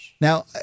Now